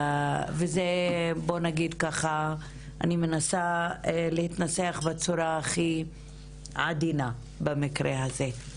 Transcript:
ואני מנסה להתנסח בצורה הכי עדינה, במקרה הזה.